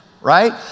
right